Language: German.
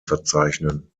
verzeichnen